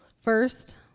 First